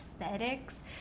aesthetics